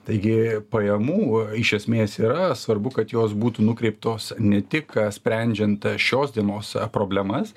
taigi pajamų iš esmės yra svarbu kad jos būtų nukreiptos ne tik sprendžiant šios dienos problemas